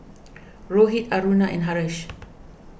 Rohit Aruna and Haresh